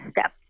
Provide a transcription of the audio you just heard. step